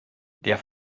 der